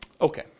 Okay